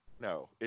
no